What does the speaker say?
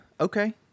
okay